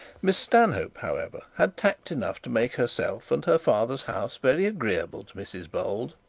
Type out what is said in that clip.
miss stanhope, however, had tact enough to make herself and her father's house very agreeable to mrs bold.